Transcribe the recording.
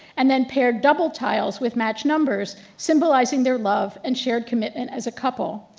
and then paired double tiles with matched numbers symbolizing their love and shared commitment as a couple.